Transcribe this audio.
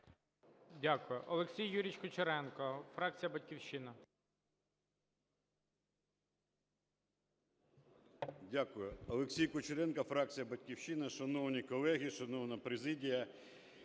Дякую. Олексій Юрійович Кучеренко, фракція "Батьківщина".